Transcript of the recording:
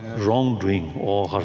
wrongdoing or